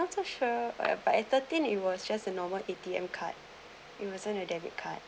not so sure uh by thirteen it was just a normal A_T_M card it wasn't a debit card